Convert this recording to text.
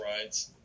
rides